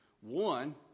one